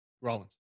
Rollins